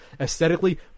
aesthetically